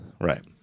right